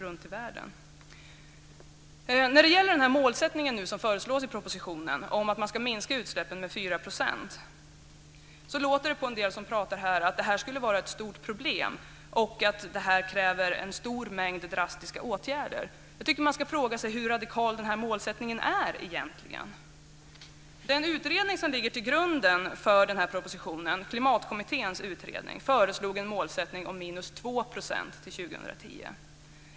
Angående den målsättning som föreslås i propositionen - att man ska minska utsläppen med 4 %- låter det på en del som pratar här som att det skulle vara ett stort problem som kräver en stor mängd drastiska åtgärder. Jag tycker man ska fråga sig hur radikal denna målsättning egentligen är. Den utredning som ligger till grund för propositionen, Klimatkommitténs utredning, föreslog som målsättning 2 % till 2010.